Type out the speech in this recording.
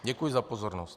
Děkuji za pozornost.